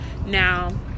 Now